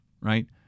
right